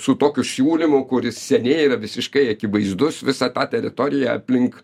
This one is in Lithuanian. su tokiu siūlymu kuris seniai yra visiškai akivaizdus visą tą teritoriją aplink